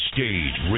Stage